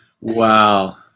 Wow